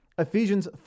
Ephesians